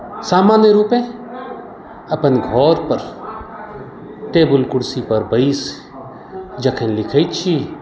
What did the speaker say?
सामान्य रूपेँ अपन घरपर टेबुल कुर्सीपर बैसि जखन लिखैत छी